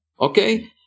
okay